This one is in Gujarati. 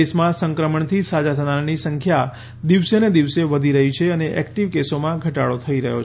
દેશમાં સંક્રમણથી સાજા થનારાની સંખ્યા દિવસે ને દિવસે વધી રહી છે અને એક્ટીવ કેસોમાં ઘટાડો થઇ રહ્યો છે